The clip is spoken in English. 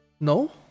No